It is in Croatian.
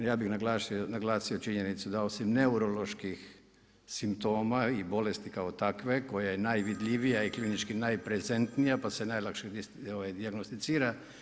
Ja bih naglasio činjenicu da osim neuroloških simptoma i bolesti kao takve koja je najvidljivija i klinički najprezentnija pa se najlakše dijagnosticira.